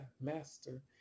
master